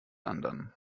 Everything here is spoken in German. anderen